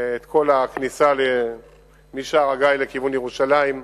כל הכניסה משער-הגיא לכיוון ירושלים,